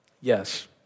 Yes